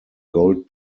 gold